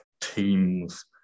teams